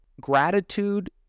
gratitude